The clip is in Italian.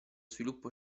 sviluppo